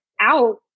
out